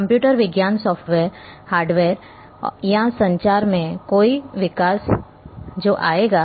computer विज्ञान software hardware या संचार में कोई विकास जो आएगा